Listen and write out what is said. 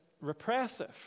repressive